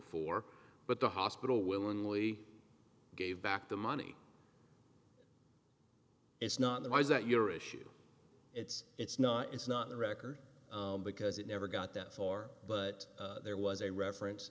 four but the hospital willingly gave back the money it's not the why is that your issue it's it's not it's not the record because it never got that far but there was a reference